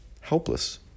helpless